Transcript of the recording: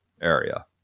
area